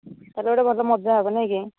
ତାହେଲେ ଗୋଟିଏ ଭଲ ମଜା ହେବ ନୁହେଁ କି